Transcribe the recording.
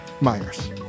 Myers